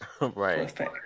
Right